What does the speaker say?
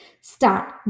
start